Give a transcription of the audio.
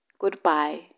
goodbye